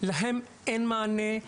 להם אין מענה,